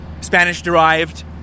Spanish-derived